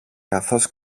καθώς